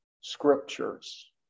scriptures